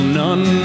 none